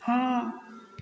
हँ